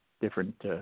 different